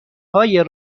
های